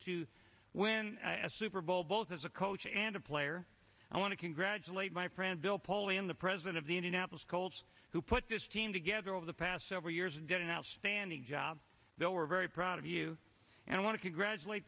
to win a super bowl both as a coach and a player i want to congratulate my friend bill polian the president of the indianapolis colts who put this team together over the past several years and did an outstanding job they were very proud of you and i want to congratulate